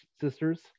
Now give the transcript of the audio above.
sisters